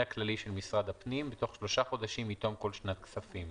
הכללי של משרד הפנים בתוך שלושה חודשים מתום כל שנת כספים.